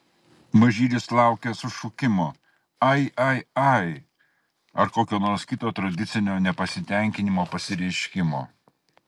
mažylis laukia sušukimo ai ai ai ar kokio nors kito tradicinio nepasitenkinimo pasireiškimo